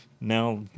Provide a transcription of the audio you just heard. now